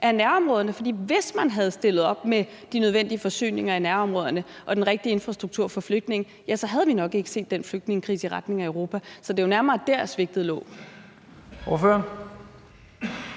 af nærområderne. For hvis man havde stillet op med de nødvendige forsyninger i nærområderne og den rigtige infrastruktur for flygtninge, så havde vi nok ikke set den flygtningekrise i retning af Europa. Så det var jo nærmere der, svigtet lå.